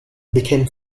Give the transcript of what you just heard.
became